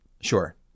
Sure